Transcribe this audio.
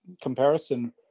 comparison